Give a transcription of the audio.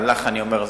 אבל לך אני אומר,